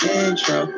intro